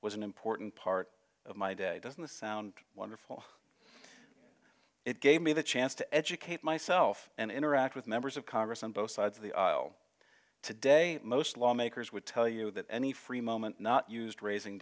was an important part of my day doesn't this sound wonderful it gave me the chance to educate myself and interact with members of congress on both sides of the aisle today most lawmakers would tell you that any free moment not used raising